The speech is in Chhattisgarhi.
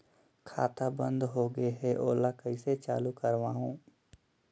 खाता बन्द होगे है ओला कइसे चालू करवाओ?